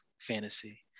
fantasy